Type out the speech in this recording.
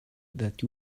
that